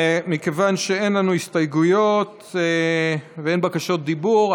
מכיוון שאין לנו הסתייגויות ואין בקשות דיבור,